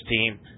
team